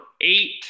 eight